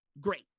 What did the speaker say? Great